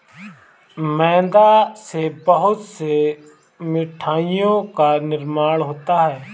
मैदा से बहुत से मिठाइयों का निर्माण होता है